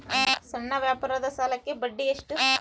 ಸಣ್ಣ ವ್ಯಾಪಾರದ ಸಾಲಕ್ಕೆ ಬಡ್ಡಿ ಎಷ್ಟು?